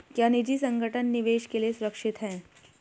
क्या निजी संगठन निवेश के लिए सुरक्षित हैं?